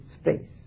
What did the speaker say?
space